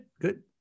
good